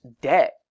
debt